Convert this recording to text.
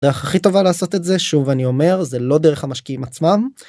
הדרך הכי טובה לעשות את זה, שוב אני אומר, זה לא דרך המשקיעים עצמם.